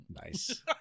Nice